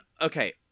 Okay